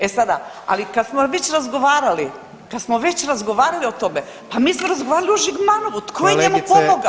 E sada, ali kada smo već razgovarali, kada smo već razgovarali o tome pa mi smo razgovarali o Žigmanovu, tko je njemu pomogao.